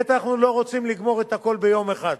בטח אנחנו לא רוצים לגמור הכול ביום אחד,